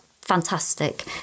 fantastic